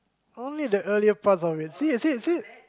only the earlier parts of it see see see